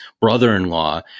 brother-in-law